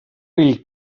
grill